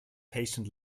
patient